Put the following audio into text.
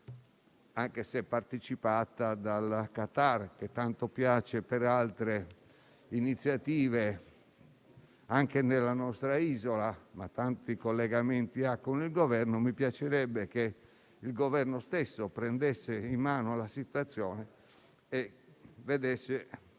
anche se partecipata dalla Qatar che tanto piace per altre iniziative anche nella nostra isola, ma che tanti collegamenti ha con il Governo. Mi piacerebbe che il Governo stesso prendesse in mano la situazione e vedesse